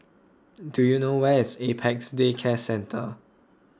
do you know where is Apex Day Care Centre